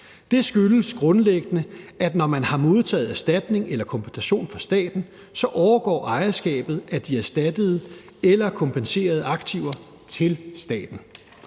Det skyldes grundlæggende, at når man har modtaget erstatning eller kompensation fra staten, så overgår ejerskabet af de erstattede eller kompenserede aktiver til staten.